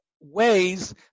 ways